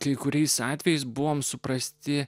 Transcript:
kai kuriais atvejais buvome suprasti